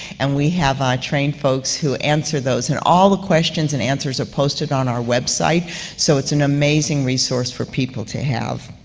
and we have trained folks who answer those. and all the questions and answers are posted on our website so it's an amazing resource for people to have.